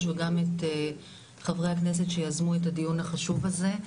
וגם את חברי הכנסת שיזמו את הדיון החשוב הזה.